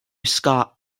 scott